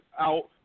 out